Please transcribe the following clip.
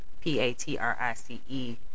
P-A-T-R-I-C-E